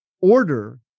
order